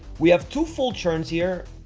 we have two full turns here,